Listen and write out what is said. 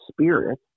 spirit